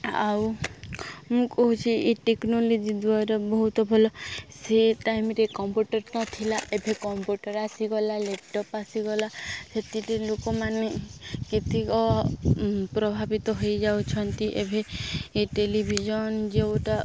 ଆଉ ମୁଁ କହୁଛିି ଏ ଟେକ୍ନୋଲୋଜି ଦ୍ୱାରା ବହୁତ ଭଲ ସେ ଟାଇମ୍ରେ କମ୍ପୁଟର ନ ଥିଲା ଏଭେ କମ୍ପୁଟର ଆସିଗଲା ଲ୍ୟାପଟପ୍ ଆସିଗଲା ସେଥିରେ ଲୋକମାନେ କେତେକ ପ୍ରଭାବିତ ହୋଇଯାଉଛନ୍ତି ଏବେ ଏ ଟେଲିଭିଜନ୍ ଯେଉଁଟା